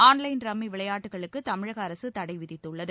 online rummy விளையாட்டுகளுக்கு தமிழக அரசு தடை விதித்துள்ளது